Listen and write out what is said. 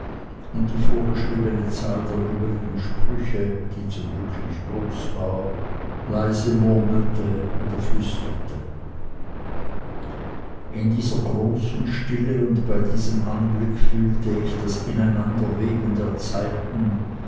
und die vorgeschriebene zahl der übrigen sprüche die zum glücke nicht groß war leise murmelte oder flüsterte in dieser großen stille und bei diesem anblicke fühlte ich das ineinanderweben der zeiten